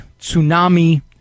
tsunami